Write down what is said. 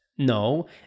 No